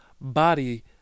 body